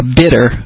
bitter